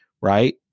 right